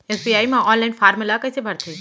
SBI म online form ल कइसे भरथे?